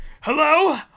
hello